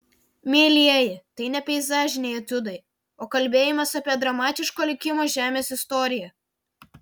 mielieji tai ne peizažiniai etiudai o kalbėjimas apie dramatiško likimo žemės istoriją